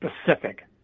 specific